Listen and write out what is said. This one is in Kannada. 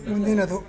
ಮುಂದಿನದು